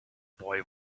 boy